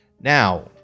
Now